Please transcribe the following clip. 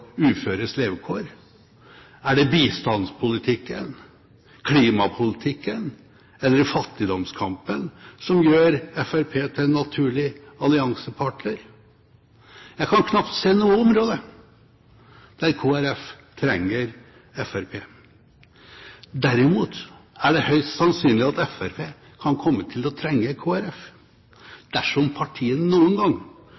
uføres levekår? Er det bistandspolitikken, klimapolitikken eller fattigdomskampen som gjør Fremskrittspartiet til en naturlig alliansepartner? Jeg kan knapt se noe område der Kristelig Folkeparti trenger Fremskrittspartiet. Derimot er det høyst sannsynlig at Fremskrittspartiet kan komme til å trenge